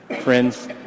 Friends